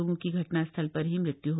लागों की घटना स्थल पर ही मृत्यू है